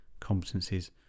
competencies